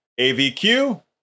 AVQ